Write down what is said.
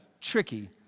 tricky